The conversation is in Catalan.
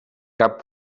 cap